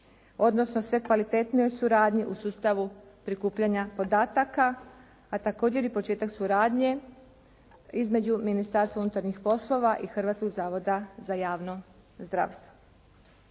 odnosno sve kvalitetnijoj suradnji u sustavu prikupljanja podataka a također i početak suradnje između Ministarstva unutarnjih poslova i Hrvatskog zavoda za javno zdravstvo.